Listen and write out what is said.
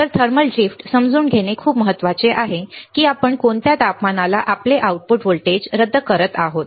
तर thermal drift समजून घेणे खूप महत्वाचे आहे की आपण कोणत्या तापमानाला आपले आउटपुट व्होल्टेज रद्द करत आहात